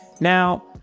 Now